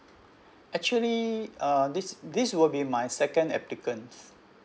actually uh this this will be my second applicants